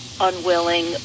unwilling